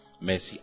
mercy